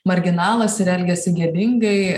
marginalas ir elgiasi gėdingai